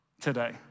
today